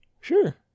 Sure